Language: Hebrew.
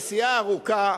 זו נסיעה ארוכה,